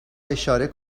اشاره